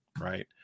right